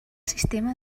sistema